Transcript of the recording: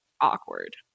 awkward